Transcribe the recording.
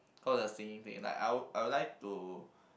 cause the singing thing like I would I would like to